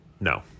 No